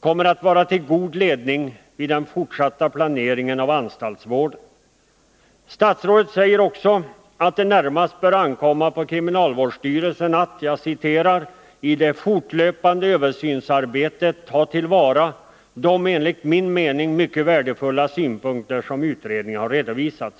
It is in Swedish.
kommer att vara till god ledning vid den fortsatta planeringen av anstaltsvården. Statsrådet säger också att det närmast bör ankomma på kriminalvårdsstyrelsen att ”i det fortlöpande översynsarbetet ta till vara de enligt min mening mycket värdefulla synpunkter som utredningen har redovisat”.